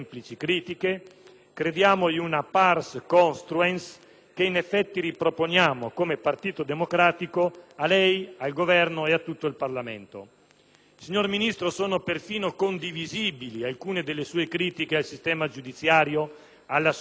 crediamo in una *pars construens*, che in effetti riproponiamo, come Partito Democratico, a lei, al Governo e a tutto il Parlamento. Signor Ministro, sono perfino condivisibili alcune delle sue critiche al sistema giudiziario, alla sua inefficienza,